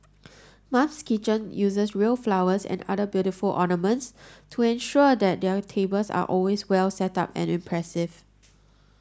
Mum's Kitchen uses real flowers and other beautiful ornaments to ensure that their tables are always well setup and impressive